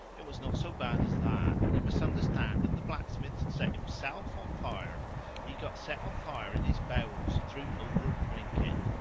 it was not so bad as that. you must understand that the blacksmith set himself on fire he got set on fire in his bowels through overdrinking.